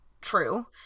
true